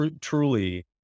truly